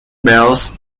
bells